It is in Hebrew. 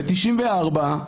ב-1994,